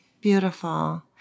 Beautiful